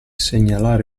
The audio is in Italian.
segnalare